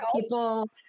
people